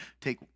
take